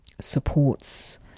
supports